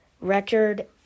record